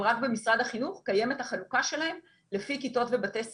אבל רק במשרד החינוך קיימת החלוקה שלהם לפי כיתות ובתי ספר,